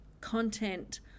content